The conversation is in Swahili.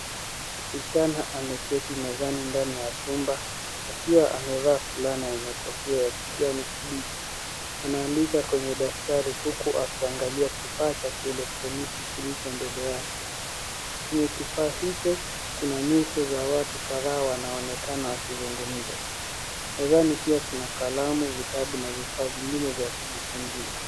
Kijana ameketi mezani ndani ya chumba, akiwa amevaa fulana yenye kofia ya kijani kibichi. Anaandika kwenye daftari huku akiangalia kifaa cha kielektroniki kilicho mbele yake. Kwenye kifaa hicho, kuna nyusho za watu kadhaa wanaonekana wakizungumza. Mezani pia kuna kalamu, vitabu na vifaa vingine vya kujifunzia.